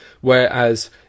whereas